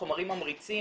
חומרים ממריצים,